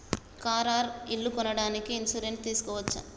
Car or ఇల్లు కొనడానికి insurance తీస్కోవచ్చా?